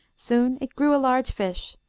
soon it grew a large fish.